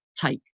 take